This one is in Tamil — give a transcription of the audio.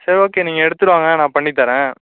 சரி ஓகே நீங்கள் எடுத்துகிட்டு வாங்க நான் பண்ணித் தரேன்